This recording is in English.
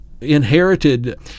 inherited